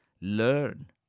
learn